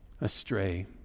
astray